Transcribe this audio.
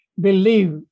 believe